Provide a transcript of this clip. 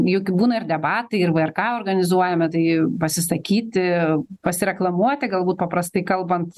juk būna ir debatai ir vrk organizuojami tai pasisakyti pasireklamuoti galbūt paprastai kalbant